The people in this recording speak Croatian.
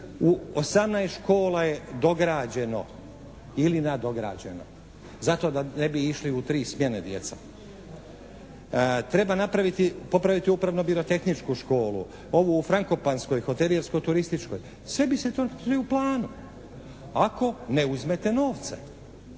U 18 škola je dograđeno ili nadograđeno zato da ne bi išli u tri smjene djeca. Treba napraviti, popraviti Upravno-birotehničku školu. Ovu u Frankopanskoj Hotelijersko-turističku. Sve je to u planu ako ne uzmete novce.